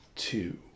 two